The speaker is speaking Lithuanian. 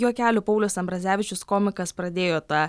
juokelių paulius ambrazevičius komikas pradėjo tą